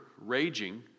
raging